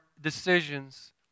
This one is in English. decisions